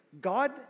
God